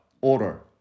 Order